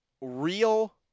real